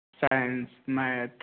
science math